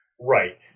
Right